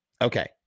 Okay